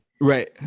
Right